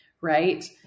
right